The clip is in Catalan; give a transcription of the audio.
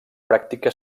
pràctica